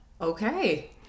Okay